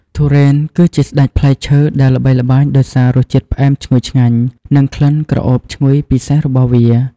ទុរេន គឺជាស្តេចផ្លែឈើដែលល្បីល្បាញដោយសាររសជាតិផ្អែមឈ្ងុយឆ្ងាញ់ និងក្លិនក្រអូបឈ្ងុយពិសេសរបស់វា។